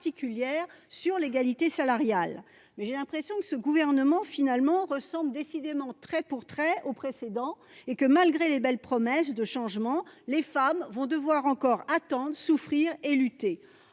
particulière soit portée à l'égalité salariale. Mais j'ai l'impression que ce gouvernement, finalement, ressemble trait pour trait au précédent et que, malgré les belles promesses de changement, les femmes vont devoir encore attendre, souffrir et lutter.